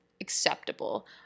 acceptable